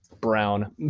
brown